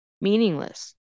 meaningless